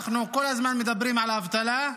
אנחנו כל הזמן מדברים על האבטלה,